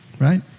right